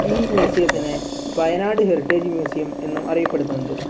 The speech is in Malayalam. ഈ മ്യൂസിയത്തിനെ വയനാട് ഹെറിറ്റേജ് മ്യൂസിയം എന്നും അറിയപ്പെടുന്നുണ്ട്